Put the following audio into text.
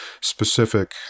specific